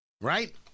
Right